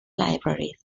libraries